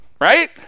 Right